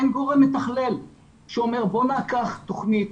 אין גורם מתכלל שאומר בוא ניקח תוכנית,